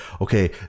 Okay